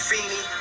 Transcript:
Feeney